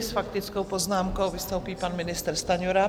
S faktickou poznámkou vystoupí pan ministr Stanjura.